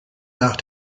nach